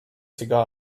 cigar